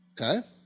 okay